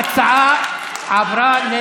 ההצעה עברה,